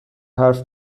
حرف